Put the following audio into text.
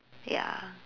ya